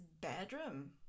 bedroom